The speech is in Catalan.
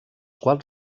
quals